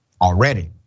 already